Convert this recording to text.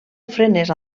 ofrenes